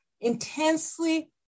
intensely